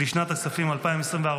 לשנת הכספים 2024,